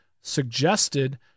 suggested